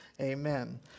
Amen